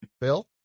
Bill